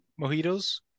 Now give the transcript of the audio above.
Mojitos